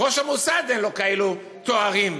ראש המוסד אין לו כאלה תארים.